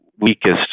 weakest